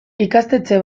ikastetxe